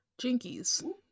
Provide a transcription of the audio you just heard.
Jinkies